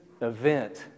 event